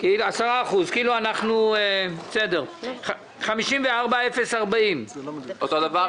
בקשה מס' 54-040. אותו דבר.